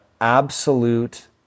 absolute